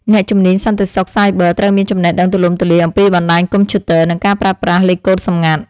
អ្នកជំនាញសន្តិសុខសាយប័រត្រូវមានចំណេះដឹងទូលំទូលាយអំពីបណ្តាញកុំព្យូទ័រ និងការប្រើប្រាស់លេខកូដសម្ងាត់។